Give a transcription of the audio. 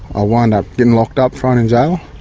i wound up getting locked up, thrown in jail.